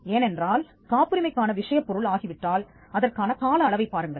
ஏனென்றால் காப்புரிமைக்கான விஷயப் பொருள் ஆகி விட்டால் அதற்கான கால அளவைப் பாருங்கள்